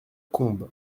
combe